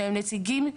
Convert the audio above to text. שהם נציגים,